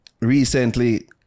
recently